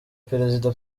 perezida